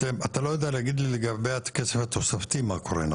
אתה לא יודע להגיד לי לגבי הכסף התוספתי מה קורה?